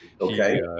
Okay